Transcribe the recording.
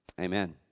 Amen